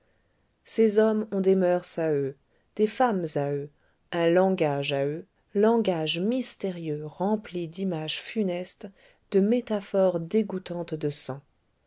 ces hommes ont des moeurs à eux des femmes à eux un langage à eux langage mystérieux rempli d'images funestes de métaphores dégouttantes de sang